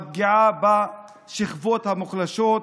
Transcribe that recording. הפגיעה בשכבות המוחלשות,